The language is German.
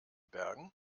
bergen